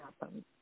happen